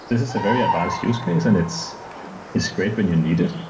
this is a very advanced use case, and it's it's great when you need it.